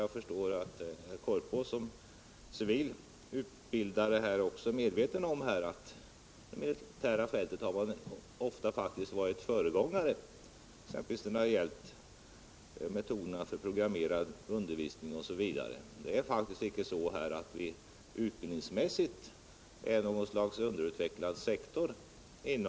Jag förstår ju att Sture Korpås i sin egenskap av civil utbildare är väl medveten om att man ofta har varit föregångare på det militära fältet, exempelvis när det gällt metoderna för programmerad undervisning osv. Utbildningsmässigt är vi på den militära sidan faktiskt inte något slags underutvecklad sektor.